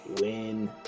win